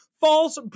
false